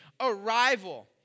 arrival